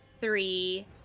three